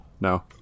No